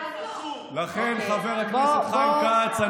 חבר הכנסת חיים כץ,